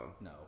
No